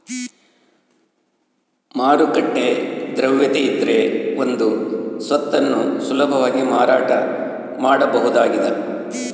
ಮಾರುಕಟ್ಟೆ ದ್ರವ್ಯತೆಯಿದ್ರೆ ಒಂದು ಸ್ವತ್ತನ್ನು ಸುಲಭವಾಗಿ ಮಾರಾಟ ಮಾಡಬಹುದಾಗಿದ